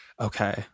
Okay